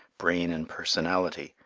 brain and personality,